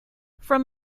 from